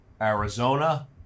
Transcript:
Arizona